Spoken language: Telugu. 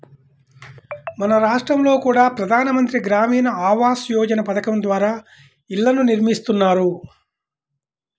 మన రాష్టంలో కూడా ప్రధాన మంత్రి గ్రామీణ ఆవాస్ యోజన పథకం ద్వారా ఇళ్ళను నిర్మిస్తున్నారు